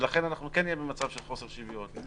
ולכן כן נהיה במצב של חוסר שוויון.